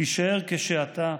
הישאר כשאתה,